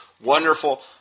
wonderful